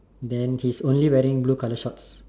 then he's only wearing blue color shorts